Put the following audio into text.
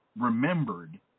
remembered